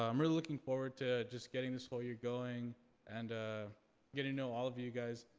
i'm really looking forward to just getting this whole year going and ah getting to know all of you guys.